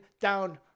Down